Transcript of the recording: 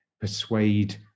persuade